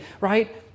right